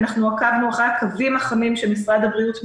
אנחנו עקבנו אחרי הקווים החמים שמשרד הבריאות מימן,